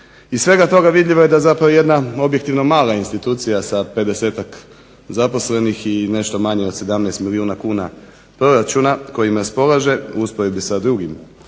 Iz svega toga vidljivo je da zapravo jedna objektivno mala institucija sa 50-ak zaposlenih i nešto manje od 17 milijuna kuna proračuna kojim raspolaže u usporedbi sa drugim